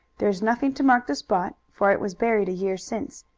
there's nothing to mark the spot, for it was buried a year since,